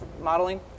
modeling